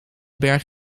berg